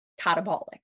catabolic